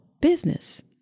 business